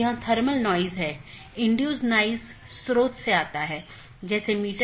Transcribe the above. तो यह कुछ सूचित करने जैसा है